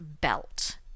belt